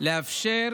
לאפשר